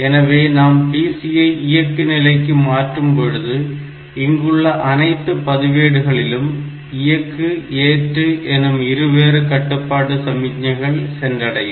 எனவே நாம் PC ஐ இயக்கு நிலைக்கு மாற்றும் பொழுது இங்குள்ள அனைத்து பதிவேடுகளிலும் இயக்கு ஏற்று எனும் இருவேறு கட்டுப்பாடு சமிக்ஞைகள் சென்றடையும்